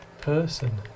person